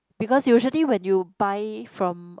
because usually when you buy from